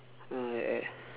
ya and